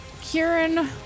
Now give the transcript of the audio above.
Kieran